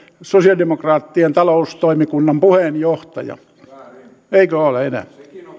sosialidemokraattien taloustoimikunnan puheenjohtaja ettekö ole enää no